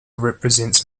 represents